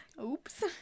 oops